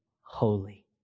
Holy